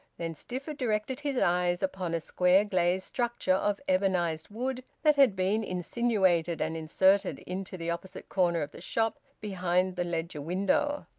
then stifford directed his eyes upon a square glazed structure of ebonised wood that had been insinuated and inserted into the opposite corner of the shop, behind the ledger-window.